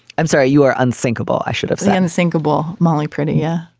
i'm sorry you are unsinkable. i should have said unsinkable molly prettier.